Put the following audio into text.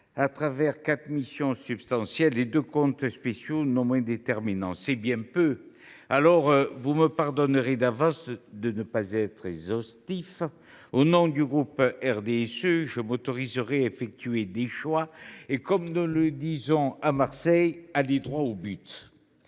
au travers de quatre missions substantielles et de deux comptes spéciaux non moins déterminants. C’est bien peu ! Vous me pardonnerez donc d’avance de ne pas être exhaustif. Au nom du groupe RDSE, je m’autoriserai à effectuer des choix et, comme nous le disons à Marseille, à aller droit au but.